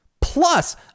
plus